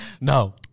No